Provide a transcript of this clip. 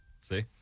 See